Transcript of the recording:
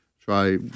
try